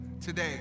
Today